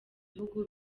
bihugu